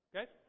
okay